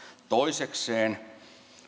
toisekseen